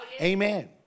Amen